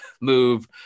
move